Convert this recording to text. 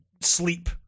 sleep